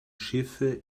schiffe